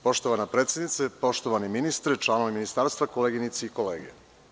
Poštovana predsednice, poštovani ministre, članovi Ministarstva, koleginice i kolege.